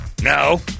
No